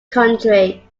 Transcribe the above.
country